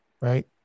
Right